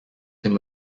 him